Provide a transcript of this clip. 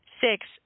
six